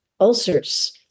ulcers